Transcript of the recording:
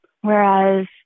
Whereas